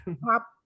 pop